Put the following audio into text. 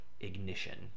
ignition